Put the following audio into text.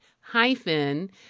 hyphen